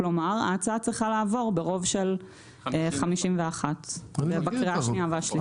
כלומר ההצעה צריכה לעבור ברוב של 51 בקריאה השנייה והשלישית.